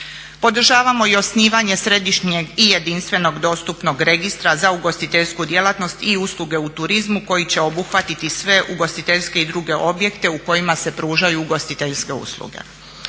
Podržavamo i osnivanje središnjeg i jedinstvenog dostupnog registra za ugostiteljsku djelatnost i usluge u turizmu koji će obuhvatiti sve ugostiteljske i druge objekte u kojima se pružaju ugostiteljske usluge.